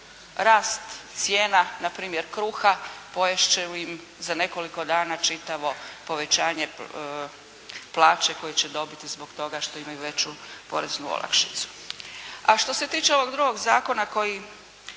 rast cijena na primjer kruha pojest će im za nekoliko dana čitavo povećanje plaće koje će dobiti zbog toga što imaju veću poreznu olakšicu.